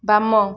ବାମ